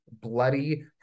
bloody